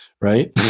Right